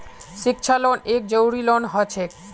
शिक्षा लोन एक जरूरी लोन हछेक